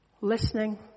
Listening